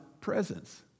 presence